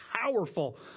powerful